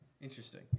Interesting